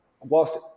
whilst